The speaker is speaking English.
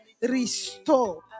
restore